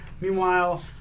Meanwhile